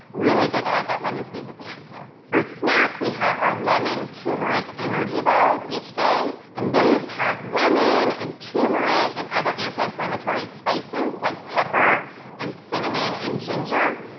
really good to add that lemon squeeze at the end, too. for snack, we have our lemon turmeric energy balls each day, and those have lemon and tumeric and other anti-inflammatory spices, like pepper and cinnamon and ginger,